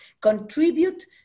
Contribute